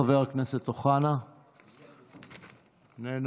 חבר הכנסת אוחנה, איננו,